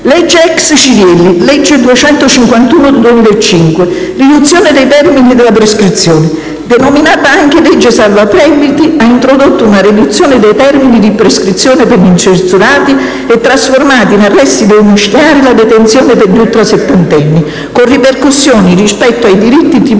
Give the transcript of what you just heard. "Legge ex Cirielli" (legge n. 251 del 2005): riduzione dei termini della prescrizione (denominata anche legge salva-Previti, ha introdotto una riduzione dei termini di prescrizione per gli incensurati e trasformato in arresti domiciliari la detenzione per gli ultrasettantenni, con ripercussioni rispetto ai processi "Diritti